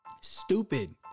Stupid